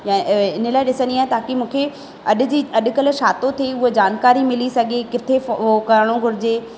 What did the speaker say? या इन लाइ ॾिसंदी आहियां ताकी मूंखे अॼु जी अॼुकल्ह छा थो थिए उहा जानकारी मिली सघे किथे हो करिणो घुरिजे